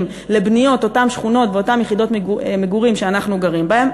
לבניות אותן שכונות ואותן יחידות מגורים שאנחנו גרים בהן,